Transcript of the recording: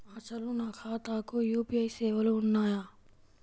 అసలు నా ఖాతాకు యూ.పీ.ఐ సేవలు ఉన్నాయా?